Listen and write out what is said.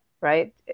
right